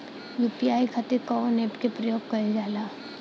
UPI खातीर कवन ऐपके प्रयोग कइलजाला?